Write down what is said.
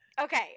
okay